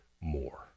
more